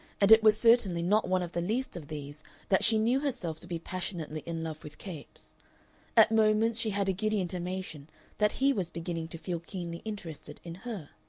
and it was certainly not one of the least of these that she knew herself to be passionately in love with capes at moments she had a giddy intimation that he was beginning to feel keenly interested in her.